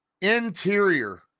interior